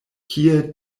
kie